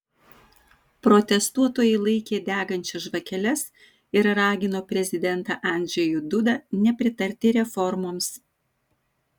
protestuotojai laikė degančias žvakeles ir ragino prezidentą andžejų dudą nepritarti reformoms